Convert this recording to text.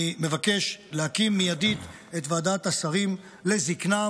אני מבקש להקים מיידית את ועדת השרים לזקנה.